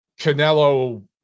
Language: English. Canelo